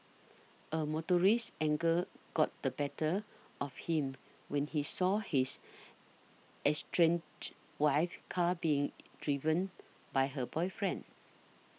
a motorist's anger got the better of him when he saw his estranged wife's car being driven by her boyfriend